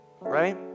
right